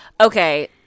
Okay